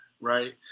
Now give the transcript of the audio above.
right